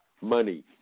money